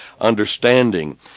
understanding